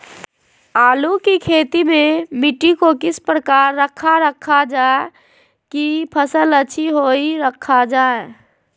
आलू की खेती में मिट्टी को किस प्रकार रखा रखा जाए की फसल अच्छी होई रखा जाए?